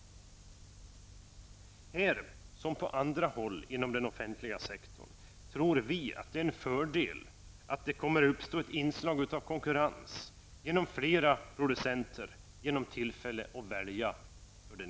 Här som på andra håll inom den offentliga sektorn tror vi att det är en fördel att det uppstår ett inslag av konkurrens genom fler producenter och genom att den enskilde ges tillfälle att välja.